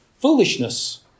foolishness